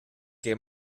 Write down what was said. que